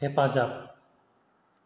हेफाजाब